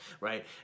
right